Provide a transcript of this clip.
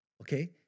Okay